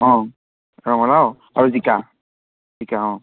অঁ ৰঙালাও আৰু জিকা জিকা অঁ